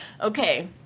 Okay